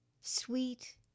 Sweet